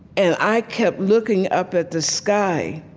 and i kept looking up at the sky,